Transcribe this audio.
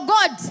God